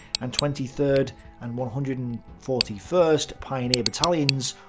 and twenty third and one hundred and forty first pioneer battalions,